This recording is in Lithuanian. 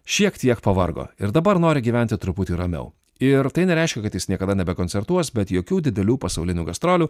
šiek tiek pavargo ir dabar nori gyventi truputį ramiau ir tai nereiškia kad jis niekada nebekoncertuos bet jokių didelių pasaulinių gastrolių